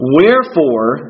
Wherefore